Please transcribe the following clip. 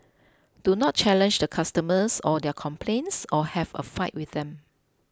do not challenge the customers or their complaints or have a fight with them